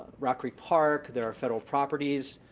rock creek park, there are federal properties